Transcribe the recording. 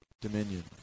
dominion